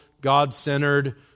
God-centered